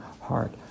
heart